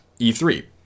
E3